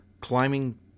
climbing